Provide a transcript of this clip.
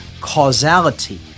causality